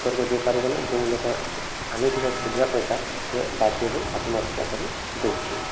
ଉପରକୁ ଯାଇ ପାରିବନି ଯେଉଁ ଲୋକ ଆଣିଥିବ ସୁଧିଆ ପଇସା ସେ ବାଧ୍ୟ ହୋଇ ଆତ୍ମହତ୍ୟା କରି ଦଉଛି